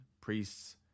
priests